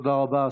תודה רבה.